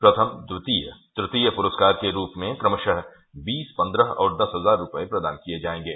प्रथम द्वितीय तृतीय पुरस्कार के रूप में क्रमशः बीस पन्द्रह और दस हजार रूपये प्रदान किये जायेंगे